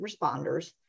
responders